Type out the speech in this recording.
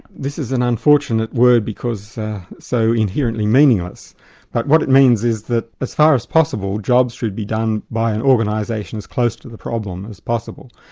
this is an unfortunate word because it's so inherently meaningless. but what it means is that as far as possible jobs should be done by an organisation as close to the problem as possible,